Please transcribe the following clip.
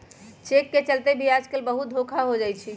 cheque के चलते भी आजकल बहुते धोखा हो जाई छई